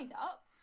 up